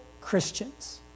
Christians